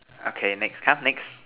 okay next come next